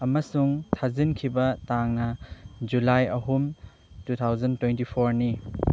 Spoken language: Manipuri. ꯑꯃꯁꯨꯡ ꯊꯥꯖꯤꯟꯈꯤꯕ ꯇꯥꯡꯅ ꯖꯨꯂꯥꯏ ꯑꯍꯨꯝ ꯇꯨ ꯊꯥꯎꯖꯟ ꯇ꯭ꯋꯦꯟꯇꯤ ꯐꯣꯔꯅꯤ